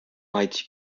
mighty